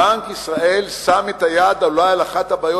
בנק ישראל שם את היד אולי על אחת הבעיות